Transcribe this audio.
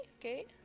okay